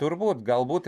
turbūt galbūt